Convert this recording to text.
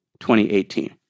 2018